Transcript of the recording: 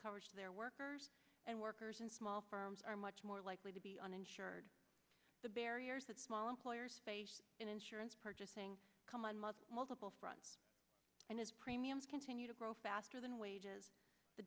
coverage their workers and workers in small firms are much more likely to be uninsured the barriers of small employers insurance purchasing multiple fronts and as premiums continue to grow faster than wages the